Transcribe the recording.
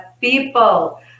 people